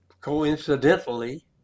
Coincidentally